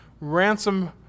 ransom